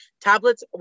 Tablets